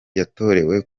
yatorewe